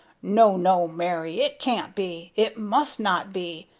no, no, mary! it can't be! it must not be!